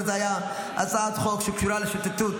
הכול בסדר.